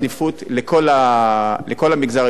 1 5,